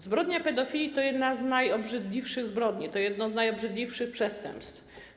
Zbrodnia pedofilii to jedna z najobrzydliwszych zbrodni, to jedno z najobrzydliwszych przestępstw.